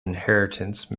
inheritance